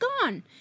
gone